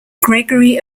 gregory